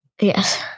Yes